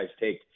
take